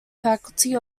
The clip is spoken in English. faculty